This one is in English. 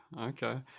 Okay